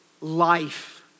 life